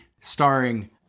starring